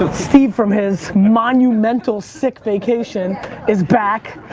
but steve from his monumental sick vacation is back.